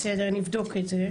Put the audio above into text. בסדר, נבדוק את זה.